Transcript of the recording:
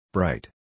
Bright